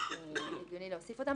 הגיוני להוסיף אותם,